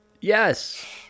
Yes